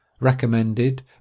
Recommended